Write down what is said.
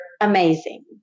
amazing